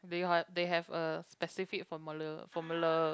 they they have a specific formula formula